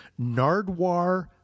Nardwar